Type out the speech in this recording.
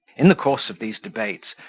in the course of these debates,